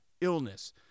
illness